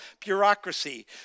bureaucracy